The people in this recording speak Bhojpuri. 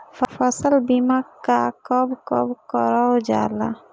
फसल बीमा का कब कब करव जाला?